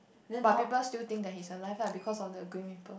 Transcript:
but people still think that he's alive lah because of the green people